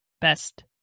Best